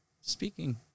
speaking